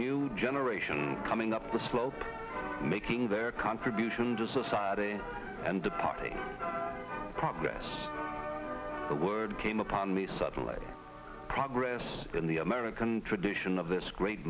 new generation coming up the slope making their contribution to society and the party progress the word came upon me suddenly progress in the american tradition of this great